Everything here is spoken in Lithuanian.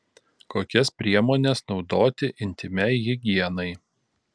kokias priemones naudoti intymiai higienai